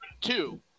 Two